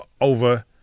over